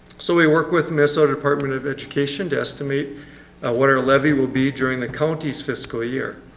so we work with minnesota department of education to estimate what our levy will be during the county's fiscal year.